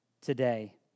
today